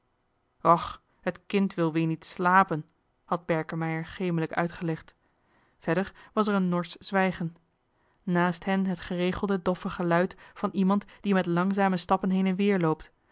och het kind wil weer niet slapen had berkemeier johan de meester de zonde in het deftige dorp gemelijk uitgelegd verder was er een norsch zwijgen naast hen het geregelde doffe geluid van iemand die met langzame stappen heen en weer loopt